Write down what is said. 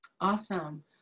Awesome